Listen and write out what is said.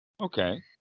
Okay